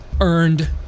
earned